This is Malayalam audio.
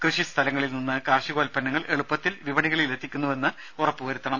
കൃഷി സ്ഥലങ്ങളിൽ നിന്ന് കാർഷികോത്പന്നങ്ങൾ എളുപ്പത്തിൽ വിപണികളിൽ എത്തിക്കുന്നുവെന്ന് ഉറപ്പു വരുത്തണം